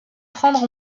prendre